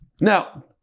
now